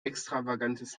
extravagantes